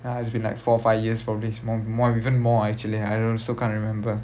ya it has been like four five years probably more more even more actually I also can't remember